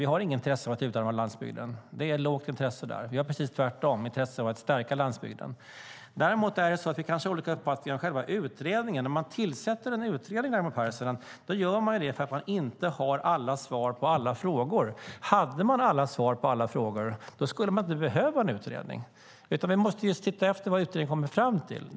Vi har inget intresse av att utarma landsbygden; det intresset är lågt. Vi har tvärtom intresse av att stärka landsbygden. Däremot har vi kanske olika uppfattning om själva utredningen. Vi tillsätter en utredning, Raimo Pärssinen, för att vi inte har alla svar på alla frågor. Hade vi alla svar på alla frågor skulle vi inte behöva en utredning, men nu måste vi titta på vad utredningen kommer fram till.